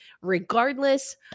Regardless